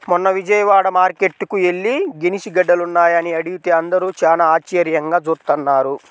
మొన్న విజయవాడ మార్కేట్టుకి యెల్లి గెనిసిగెడ్డలున్నాయా అని అడిగితే అందరూ చానా ఆశ్చర్యంగా జూత్తన్నారు